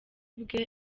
bwe